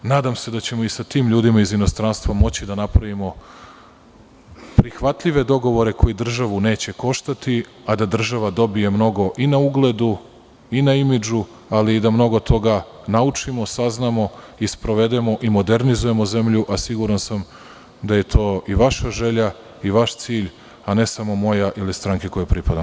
Nadam se da ćemo i sa tim ljudima iz inostranstva moći da napravimo prihvatljive dogovore, koji državu neće koštati, a da država dobije mnogo i na ugledu i na imidžu, ali i da mnogo toga naučimo, saznamo i sprovedemo i modernizujemo zemlju, a siguran sam da je to i vaša želja i vaš cilj, a ne samo moja, ili stranke koje pripada.